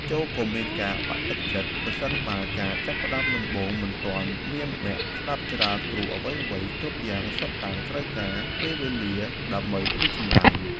ចូរកុំមានការបាក់ទឹកចិត្តប្រសិនបើការចាប់ផ្តើមដំបូងមិនទាន់មានអ្នកស្តាប់ច្រើនព្រោះអ្វីៗគ្រប់យ៉ាងសុទ្ធតែត្រូវការពេលវេលាដើម្បីរីកចម្រើន។